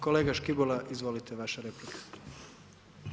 Kolega Škibola, izvolite vaša replika.